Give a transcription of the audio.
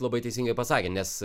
labai teisingai pasakėt nes